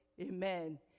Amen